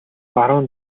баруун